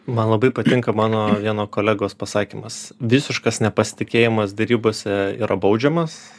man labai patinka mano vieno kolegos pasakymas visiškas nepasitikėjimas derybose yra baudžiamas